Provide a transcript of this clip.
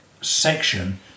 section